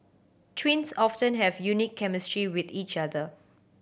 twins often have a unique chemistry with each other